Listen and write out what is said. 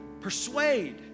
persuade